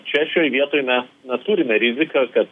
čia šioj vietoj mes na turime riziką kad